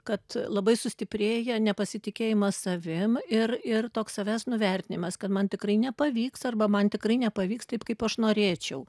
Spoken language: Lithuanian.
kad labai sustiprėja nepasitikėjimas savim ir ir toks savęs nuvertinimas kad man tikrai nepavyks arba man tikrai nepavyks taip kaip aš norėčiau